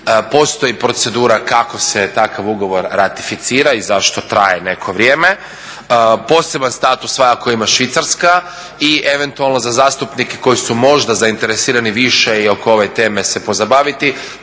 postoji procedura kako se takav ugovor ratificira i zašto traje neko vrijeme, poseban status svakako ima Švicarska i eventualno za zastupnike koji su možda zainteresirani više i oko ove teme se pozabaviti